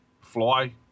fly